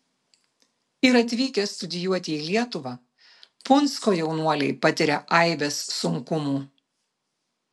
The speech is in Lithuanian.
ir atvykę studijuoti į lietuvą punsko jaunuoliai patiria aibes sunkumų